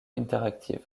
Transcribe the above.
interactive